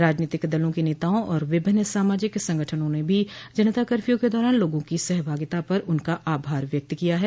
राजनीतिक दलों के नेताओं और विभिन्न सामाजिक संगठनों ने भी जनता कर्फ्यू के दौरान लोगों की सहभागिता पर उनका आभार व्यक्त किया है